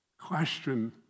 question